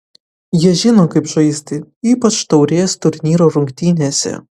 jie žino kaip žaisti ypač taurės turnyro rungtynėse